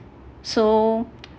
so